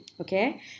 Okay